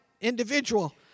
individual